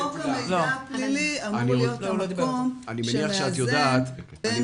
חוק המידע הפלילי אמור להיות המקום שמאזן בין